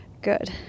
Good